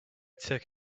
took